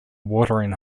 watering